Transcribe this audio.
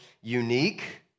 unique